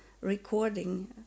recording